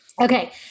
Okay